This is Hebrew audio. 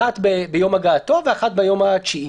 אחת ביום הגעתו ואחת ביום התשיעי.